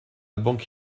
banque